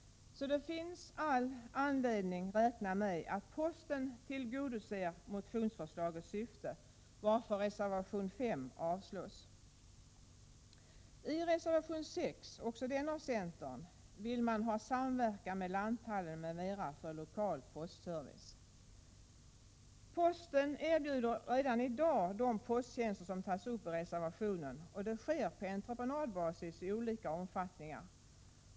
Det finns alltså anledning räkna med att posten tillgodoser motionsförslagets syfte, varför reservation 5 avstyrks. I reservation 6, också den av centern, vill man ha samverkan med lanthandel m.m. för lokal postservice. Posten erbjuder redan i dag de posttjänster som tas upp i reservationen, och det sker på entreprenadbasis i olika omfattningar.